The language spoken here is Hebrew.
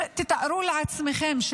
תתארו לעצמכם,